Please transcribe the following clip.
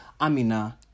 Amina